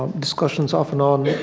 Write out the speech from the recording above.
discussions often on